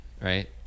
Right